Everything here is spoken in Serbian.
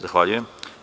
Zahvaljujem.